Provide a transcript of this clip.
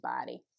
body